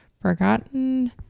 forgotten